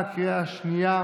מה אומרים לגבי זן האומיקרון,